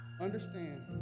Understand